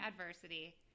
adversity